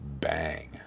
Bang